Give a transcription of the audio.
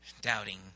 Doubting